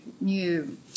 new